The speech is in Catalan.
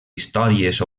històries